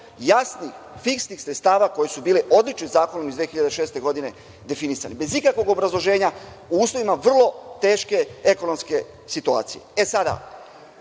jasnih, fiksnih sredstava koji su bile odličnim zakonom iz 2006. godine definisani, bez ikakvog obrazloženja u uslovima vrlo teške ekonomske situacije.E, sada,